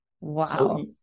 Wow